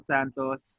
Santos